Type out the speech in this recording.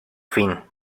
fin